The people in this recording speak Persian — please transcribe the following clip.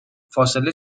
فاصله